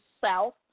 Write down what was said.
South